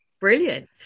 Brilliant